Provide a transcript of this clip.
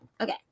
Okay